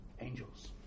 angels